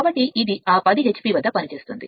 కాబట్టి ఇది ఆ 10 h p వద్ద పనిచేస్తోంది